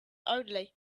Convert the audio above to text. only